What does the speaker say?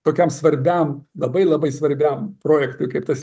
tokiam svarbiam labai labai svarbiam projektui kaip tas